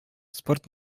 спорт